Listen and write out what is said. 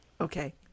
Okay